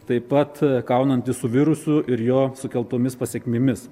taip pat kaunantis su virusu ir jo sukeltomis pasekmėmis